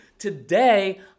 Today